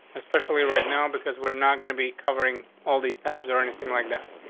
especially right now, because we're not gonna be covering all these tabs or anything like that.